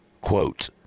Quote